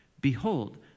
behold